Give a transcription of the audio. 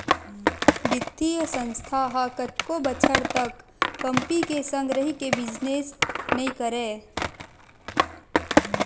बित्तीय संस्था ह कतको बछर तक कंपी के संग रहिके बिजनेस नइ करय